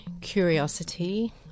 curiosity